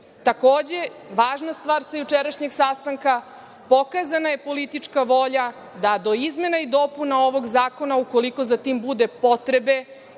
važna stvar sa jučerašnjeg sastanka, pokazana je politička volja da do izmena i dopuna ovog zakona, ukoliko za to bude potrebe